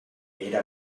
era